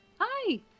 Hi